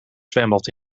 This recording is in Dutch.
zwembad